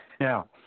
Now